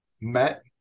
met